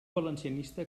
valencianista